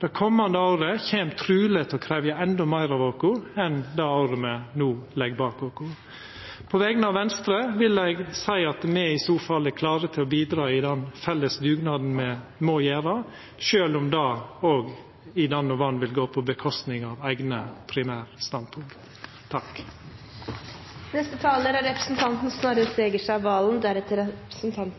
Det komande året kjem truleg til å krevja endå meir av oss enn det året me no legg bak oss. På vegner av Venstre vil eg seia at me i så fall er klare til å bidra i den felles dugnaden me må gjera, sjølv om det dann og vann vil vera på kostnad av eigne primærstandpunkt. Jeg er helt enig med